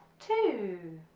two